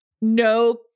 no